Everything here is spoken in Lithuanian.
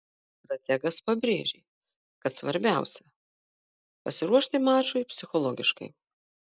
strategas pabrėžė kad svarbiausia pasiruošti mačui psichologiškai